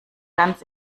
ganz